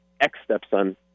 ex-stepson